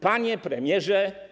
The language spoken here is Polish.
Panie Premierze!